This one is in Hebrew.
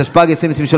התשפ"ג 2023,